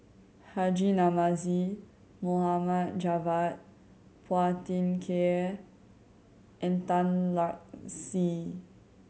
Haji Namazie Mohd Javad Phua Thin Kiay and Tan Lark Sye